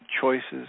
choices